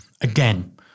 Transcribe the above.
again